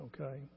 okay